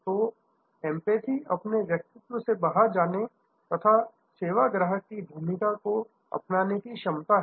तो एंपैथी अपने व्यक्तित्व से बाहर जाने तथा सेवा ग्राहक की भूमिका को अपनाने की क्षमता है